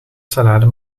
salade